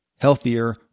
healthier